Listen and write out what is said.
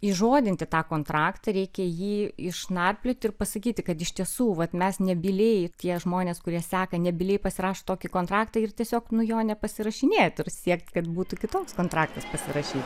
įžodinti tą kontraktą reikia jį išnarplioti ir pasakyti kad iš tiesų vat mes nebylieji tie žmonės kurie seka nebyliai pasirašo tokį kontraktą ir tiesiog nu jo nepasirašinėti ir siekti kad būtų kitoks kontraktas pasirašyti